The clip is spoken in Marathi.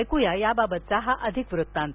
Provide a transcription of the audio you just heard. ऐकूया याबाबतचा हा अधिक वृत्तांत